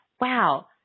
wow